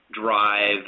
drive